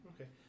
okay